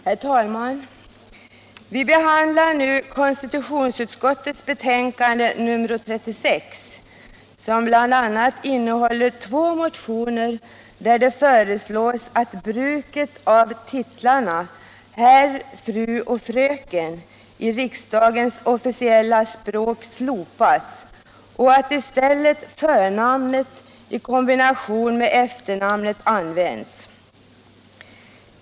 Herr talman! Vi behandlar nu konstitutionsutskottets betänkande nr 36, som bl.a. innehåller två motioner där det föreslås att bruket av titlarna herr, fru och fröken i riksdagens officiella språk slopas och att i stället förnamnet i kombination med efternamnet används.